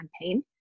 campaign